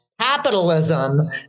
capitalism